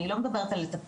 אני לא מדברת על לטפל,